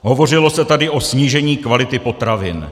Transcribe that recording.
Hovořilo se tady o snížení kvality potravin.